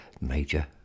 Major